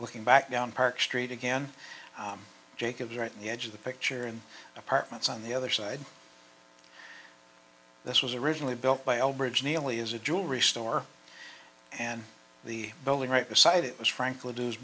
looking back down park street again jacob you're at the edge of the picture and apartments on the other side this was originally built by old bridge nearly as a jewelry store and the building right beside it was frankly